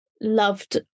loved